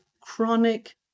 chronic